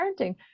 parenting